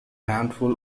handful